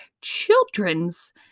children's